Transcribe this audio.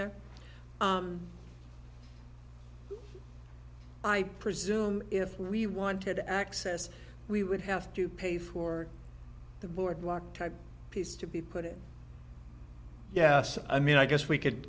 there i presume if we wanted access we would have to pay for the boardwalk piece to be put yeah i mean i guess we could